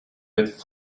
with